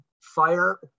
fire